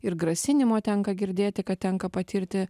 ir grasinimo tenka girdėti ką tenka patirti